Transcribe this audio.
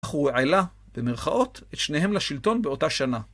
אך הוא העלה במרכאות את שניהם לשלטון באותה שנה.